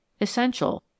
essential